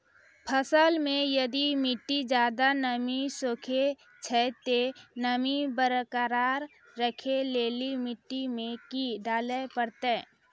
फसल मे यदि मिट्टी ज्यादा नमी सोखे छै ते नमी बरकरार रखे लेली मिट्टी मे की डाले परतै?